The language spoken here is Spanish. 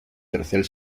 tercer